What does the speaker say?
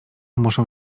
muszą